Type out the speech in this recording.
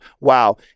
wow